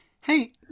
hey